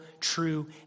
true